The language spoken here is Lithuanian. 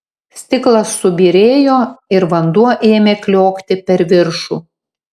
stiklas subyrėjo ir vanduo ėmė kliokti per viršų